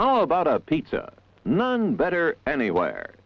how about a pizza none better anywhere